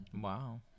Wow